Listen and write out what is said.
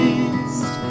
East